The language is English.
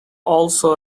also